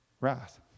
wrath